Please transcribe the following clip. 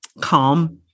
calm